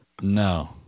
no